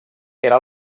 era